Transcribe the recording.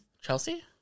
Chelsea